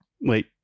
Wait